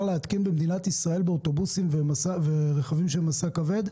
להתקין במדינת ישראל באוטובוסים וברכבי משא כבד?